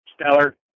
stellar